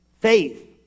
Faith